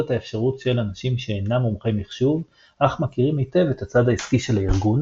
האפשרות של אנשים שאינם מומחי מחשוב אך מכירים היטב את הצד העסקי של הארגון